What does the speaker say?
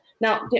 Now